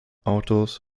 autos